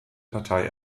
partei